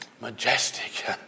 majestic